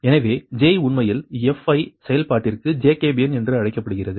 எனவே J உண்மையில் fi செயல்பாட்டிற்கு ஜேக்கபீயன் என்று அழைக்கப்படுகிறது